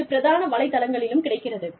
இது பிரதான வலைத்தளத்திலும் கிடைக்கிறது